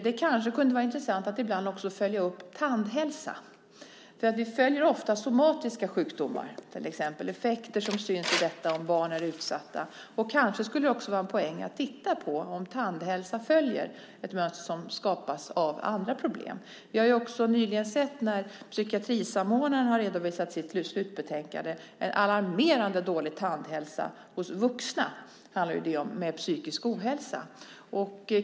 Det kanske kunde vara intressant att ibland också följa upp tandhälsan. Den följer ofta somatiska sjukdomar, till exempel effekter som syns om barn är utsatta. Kanske skulle det också vara en poäng att titta på om tandhälsa följer ett mönster som skapas av andra problem. Vi har nyligen, när psykiatrisamordnaren har redovisat sitt slutbetänkande, sett en alarmerande dålig tandhälsa hos vuxna, som den rapporten handlar om, med psykisk ohälsa.